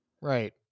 Right